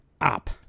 up